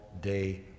day